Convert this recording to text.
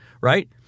right